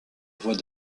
voix